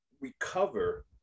recover